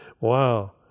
Wow